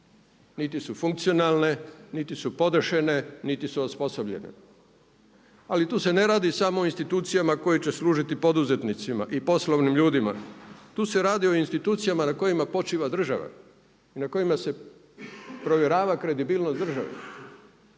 Niti su funkcionalne, niti su podešene, niti su osposobljene. Ali tu se ne radi samo o institucijama koje će služiti poduzetnicima i poslovnim ljudima, tu se radi o institucijama na kojima počiva država i na kojima se provjerava kredibilnost države.